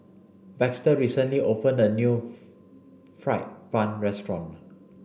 Baxter recently opened a new fried bun restaurant